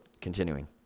continuing